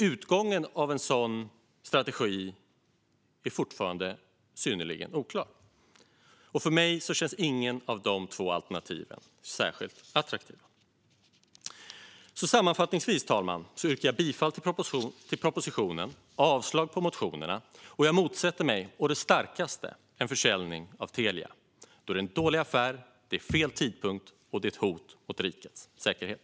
Utgången av en sådan strategi är fortfarande synnerligen oklar. För mig känns inget av de två alternativen särskilt attraktivt. Sammanfattningsvis, herr talman, yrkar jag bifall till förslaget i propositionen och avslag på motionerna. Jag motsätter mig, å det starkaste, en försäljning av Telia då det är en dålig affär, fel tidpunkt och ett hot mot rikets säkerhet.